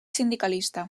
sindicalista